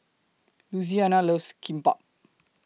Louisiana loves Kimbap